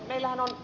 meillähän on a